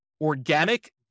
organic